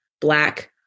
black